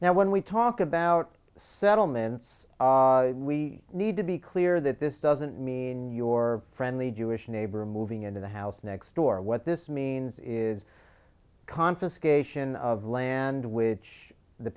now when we talk about settlements we need to be clear that this doesn't mean your friendly jewish neighbor moving into the house next door what this means is confiscation of land which the